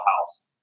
house